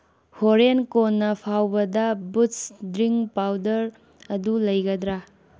ꯍꯣꯔꯦꯟ ꯀꯣꯟꯅ ꯐꯥꯎꯕꯗ ꯕꯨꯠꯁ ꯗ꯭ꯔꯤꯡ ꯄꯥꯎꯗꯔ ꯑꯗꯨ ꯂꯩꯒꯗ꯭ꯔꯥ